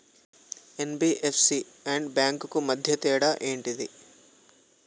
NBFC and banks కు మధ్య తేడా ఏంటిది?